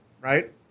right